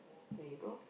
there you go